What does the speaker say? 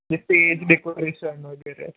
ज stage decoration वगैरे